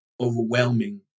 overwhelming